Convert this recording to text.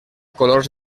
colors